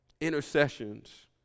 intercessions